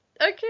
Okay